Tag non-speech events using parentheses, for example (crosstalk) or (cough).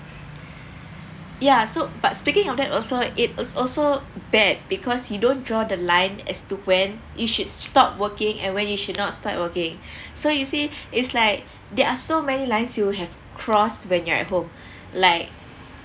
yeah so but speaking of that also it is also bad because you don't draw the line as to when you should stop working and when you should not stop working so you see it's like there are so many lines you have crossed when you're at home (breath) like